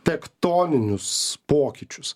tektoninius pokyčius